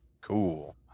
cool